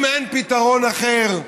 אם אין פתרון אחר,